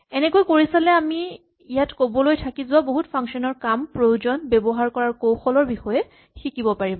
এনেকৈ কৰি চালে তুমি আমি ইয়াত ক'বলৈ থাকি যোৱা বহুত ফাংচন ৰ কাম প্ৰয়োজন ব্যৱহাৰ কৰাৰ কৌশলৰ বিষয়ে শিকিব পাৰিবা